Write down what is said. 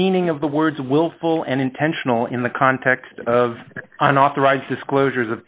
meaning of the words willful and intentional in the context of an authorized disclosure